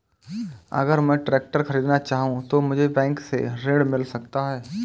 अगर मैं ट्रैक्टर खरीदना चाहूं तो मुझे बैंक से ऋण मिल सकता है?